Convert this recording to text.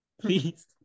Please